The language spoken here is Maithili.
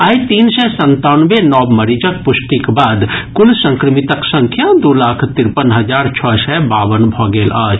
आइ तीन सय संतानवे नव मरीजक पुष्टिक बाद कुल संक्रमितक संख्या दू लाख तिरपन हजार छओ सय बावन भऽ गेल अछि